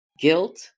guilt